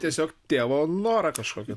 tiesiog tėvo norą kažkokį